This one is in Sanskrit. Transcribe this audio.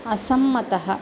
असंमतः